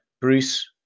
Bruce